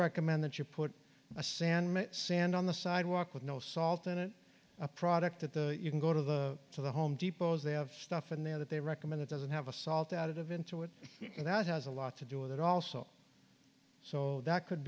recommend that you put a sand sand on the sidewalk with no salt in it a product that the you can go to the to the home depots they have stuff in there that they recommend it doesn't have a salt out of into it and that has a lot to do with it also so that could